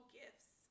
gifts